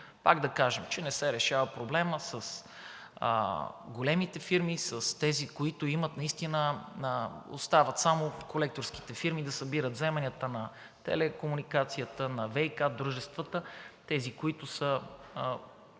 Пак да кажем, че не се решава проблемът с големите фирми, с тези, които имат наистина… Остават само колекторските фирми да събират вземанията на телекомуникацията, на ВиК дружествата, тези, които са